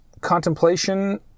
contemplation